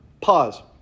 pause